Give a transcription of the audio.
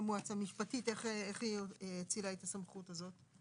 משפטית היא האצילה את הסמכות הזאת?